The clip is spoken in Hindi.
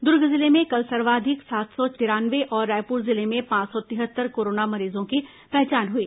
दूर्ग जिले में कल सर्वाधिक सात सौ तिरानवे और रायपुर जिले में पांच सौ तिहत्तर कोरोना मरीजों की पहचान हुई